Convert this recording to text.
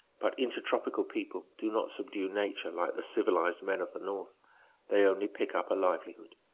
but intertropical people do not subdue nature like the civilized men of the north they only pick up a livelihood.